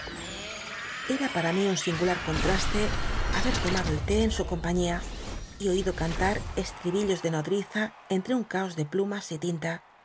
era para mí un singular contraste haber lomado el té en su compañia y oido eanlat estri billos de nodriza entre un caos de plumas y tinta